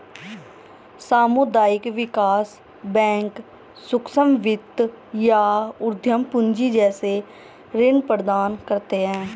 सामुदायिक विकास बैंक सूक्ष्म वित्त या उद्धम पूँजी जैसे ऋण प्रदान करते है